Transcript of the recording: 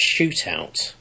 shootout